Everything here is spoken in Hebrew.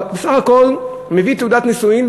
בסך הכול מביא תעודת נישואין,